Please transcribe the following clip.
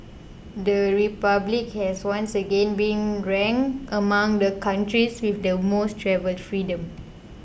the Republic has once again been ranked among the countries with the most travel freedom